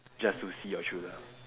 just to see your true love